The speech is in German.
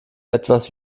etwas